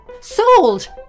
Sold